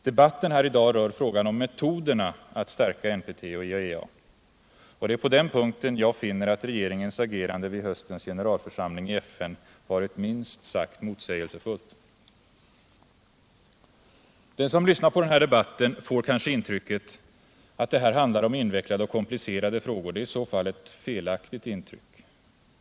Debatten här i dag rör frågan om metoderna att stärka NPT och IAEA, och det är på den punkten jag finner att regeringens agerande vid höstens generalförsamling i FN varit minst sagt motsägelsefullt. Den som lyssnar på den här debatten får kanske intrycket att den handlar om komplicerade frågor. Det är i så fall ett felaktigt intryck.